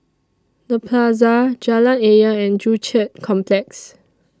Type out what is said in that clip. The Plaza Jalan Ayer and Joo Chiat Complex